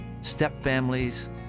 stepfamilies